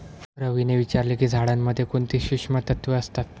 रवीने विचारले की झाडांमध्ये कोणती सूक्ष्म तत्वे असतात?